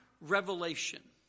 revelation